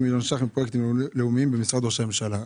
מיליון ש"ח לוקחים מפרויקטים לאומיים במשרד ראש הממשלה.